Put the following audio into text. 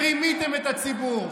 ורימיתם את הציבור.